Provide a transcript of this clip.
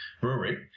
brewery